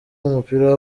umupira